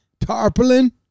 Tarpaulin